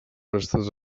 restes